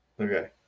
Okay